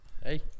Hey